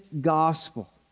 gospel